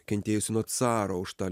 kentėjusi nuo caro už tą